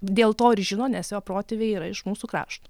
dėl to ir žino nes jo protėviai yra iš mūsų krašto